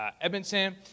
Edmonton